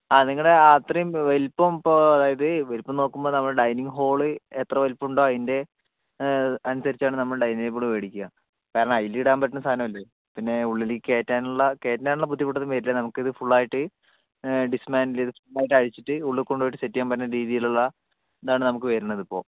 ആ നിങ്ങളുടെ ആ അത്രയും വലിപ്പം ഇപ്പോൾ അതായത് വലിപ്പം നോക്കുമ്പോൾ നമ്മളെ ഡൈനിങ്ങ് ഹോൾ എത്ര വലിപ്പം ഉണ്ടോ അതിൻ്റെ അനുസരിച്ച് ആണ് നമ്മൾ ഡൈനിങ്ങ് ടേബിൾ മേടിക്കുക കാരണം അതിൽ ഇടാൻ പറ്റുന്ന സാധനം അല്ലേ പിന്നെ ഉള്ളിലേക്ക് കയറ്റാനുള്ള കയറ്റാനുള്ള ബുദ്ധിമുട്ട് ഒന്നും വരില്ല നമ്മൾക്ക് ഇത് ഫുൾ ആയിട്ട് ഡിസ്മാൻ്റിൽ ചെയ്ത് ഫുള്ളായിട്ട് അഴിച്ചിട്ട് ഉള്ളിൽ കൊണ്ടുപോയിട്ട് സെറ്റ് ചെയ്യാൻ പറ്റുന്ന രീതിയിലുള്ള ഇതാണ് നമ്മക്ക് വരുന്നത് ഇപ്പോൾ